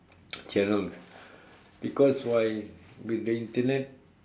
channels because why with the Internet